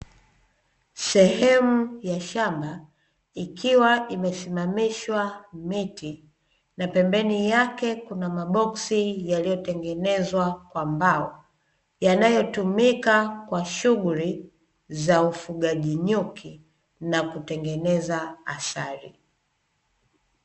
Sehemu ya shamba, ikiwa imesimamishwa miti na pembeni yake kuna maboksi yaliyotengenezwa kwa mbao yanayotumika kwa shughuli za ufugaji nyuki na kutengeneza asali.